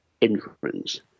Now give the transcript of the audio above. influence